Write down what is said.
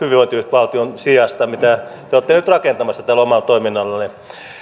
mitä te olette nyt rakentamassa tällä omalla toiminnallanne